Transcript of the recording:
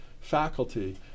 faculty